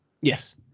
yes